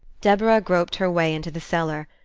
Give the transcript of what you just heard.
deborah groped her way into the cellar,